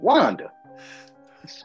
Wanda